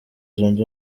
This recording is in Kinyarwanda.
zunze